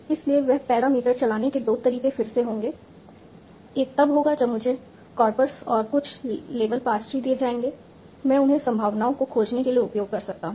इसलिए वे पैरामीटर चलाने के दो तरीके फिर से होंगे एक तब होगा जब मुझे कॉर्पस और कुछ लेबल पार्स ट्री दिए जाएंगे मैं उन्हें संभावनाओं को खोजने के लिए उपयोग कर सकता हूं